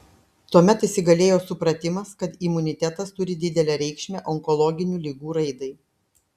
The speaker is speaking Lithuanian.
tuomet įsigalėjo supratimas kad imunitetas turi didelę reikšmę onkologinių ligų raidai